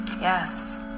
Yes